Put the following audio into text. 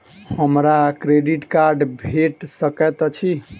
हमरा credit card भेट सकैत अछि?